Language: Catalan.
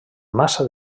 massa